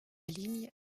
ligne